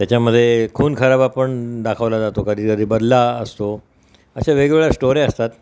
त्याच्यामधे खूनखराबा पण दाखवला जातो कधीकधी बदला असतो अशा वेगवेगळ्या स्टोऱ्या असतात